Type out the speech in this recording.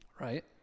right